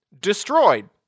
destroyed